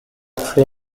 free